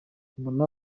mbona